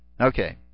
Okay